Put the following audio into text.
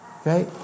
okay